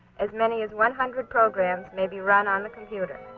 as many as one hundred programs may be run on the computer.